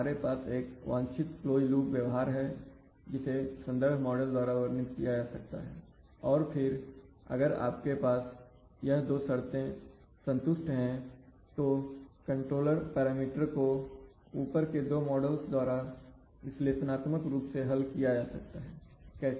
आपके पास एक वांछित क्लोज लूप व्यवहार है जिसे संदर्भ मॉडल द्वारा वर्णित किया जा सकता है और फिर अगर आपके पास यह दो शर्ते हैं संतुष्ट हैं तो कंट्रोलर पैरामीटर्स को ऊपर के दो मॉडल्स द्वारा विश्लेषणात्मक रूप से हल किया जा सकता है कैसे